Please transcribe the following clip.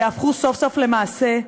יהפכו סוף-סוף למעשה,